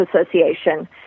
Association